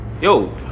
Yo